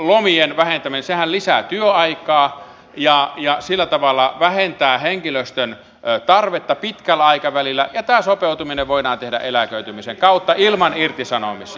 tämä lomien vähentäminenhän lisää työaikaa ja sillä tavalla vähentää henkilöstön tarvetta pitkällä aikavälillä ja tämä sopeutuminen voidaan tehdä eläköitymisen kautta ilman irtisanomisia